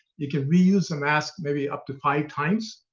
you can reuse a mask maybe up to five times.